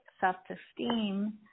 self-esteem